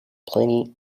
plenty